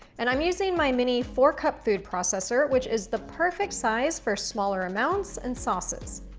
and i'm using my mini four-cup food processor, which is the perfect size for smaller amounts and sauces.